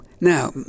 Now